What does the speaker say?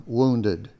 wounded